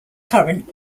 current